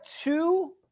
two